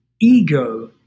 ego